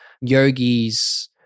yogis